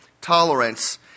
tolerance